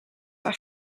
haar